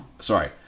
Sorry